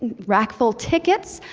raffle tickets.